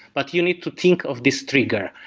but you need to think of this trigger.